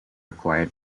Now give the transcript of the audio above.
acquired